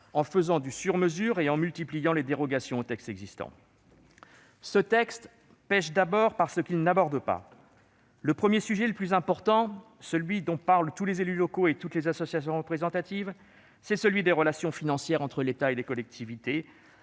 en faisant du sur-mesure et en multipliant les dérogations aux textes existants. Ce texte pèche d'abord par ce qu'il n'aborde pas. Le premier sujet, le plus important, celui dont parlent tous les élus locaux et toutes les associations représentatives, c'est celui des relations financières entre l'État et les collectivités.